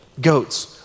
goats